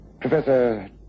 Professor